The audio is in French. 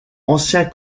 ancien